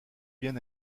bien